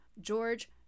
George